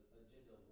agenda